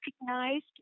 recognized